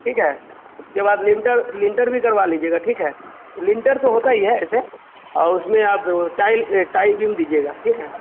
ठीक है उसके बाद लिंटल लिंटल भी डलवा लीजिएगा ठीक है लिंटर तो होता ही है ऐसे और उसमें आप टाइल टाइल बीम दीजिएगा ठीक है